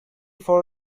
for